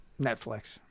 Netflix